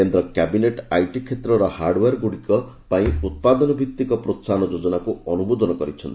କେନ୍ଦ୍ର cabinet IT କ୍ଷେତ୍ରର hardware ଗୁଡ଼ିକ ପାଇଁ ଉତ୍ପାଦନ ଭିତ୍ତିକ ପ୍ରୋହାହନ ଯୋଜନାକୁ ଅନୁମୋଦନ କରିଛି